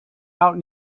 out